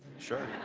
sure.